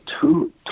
two